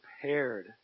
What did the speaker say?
prepared